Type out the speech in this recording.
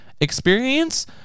experience